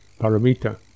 paramita